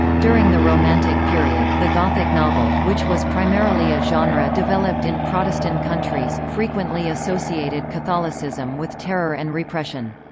during the romantic period, the gothic novel, which was primarily a genre developed in protestant countries, frequently associated catholicism with terror and repression.